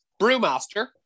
Brewmaster